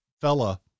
fella